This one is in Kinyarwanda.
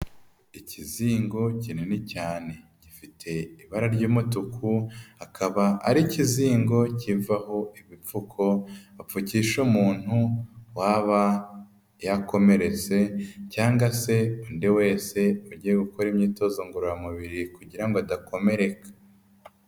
Ikizingo kinini cyane gifite ibara ry'umutuku, akaba ari ikizingo kivaho ibipfuko bapfukisha umuntu waba yakomeretse cyangwa se undi wese ugiye gukora imyitozo ngororamubiri kugira ngo adakomereka.